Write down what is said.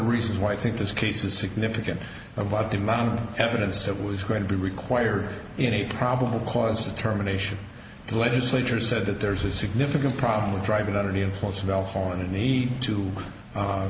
reasons why i think this case is significant about the amount of evidence that was going to be required in a probable cause determination the legislature said that there's a significant problem with driving under the influence of alcohol and the need